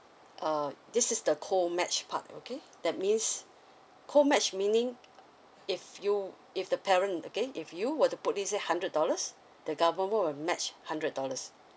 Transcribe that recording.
uh this is the co match part okay that means co match meaning if you if the parent okay if you were to put in say hundred dollars the government will match hundred dollars